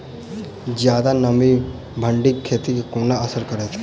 जियादा नमी भिंडीक खेती केँ कोना असर करतै?